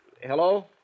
Hello